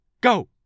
Go